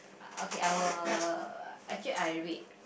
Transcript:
okay I will actually I read